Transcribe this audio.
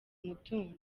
umutungo